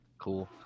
cool